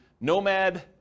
Nomad